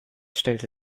stellte